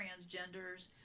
transgenders